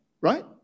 right